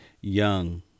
young